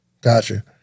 Gotcha